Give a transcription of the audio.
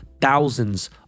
thousands